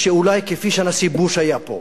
שאולי כפי שהנשיא בוש היה פה,